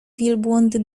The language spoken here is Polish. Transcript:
wielbłądy